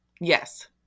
Yes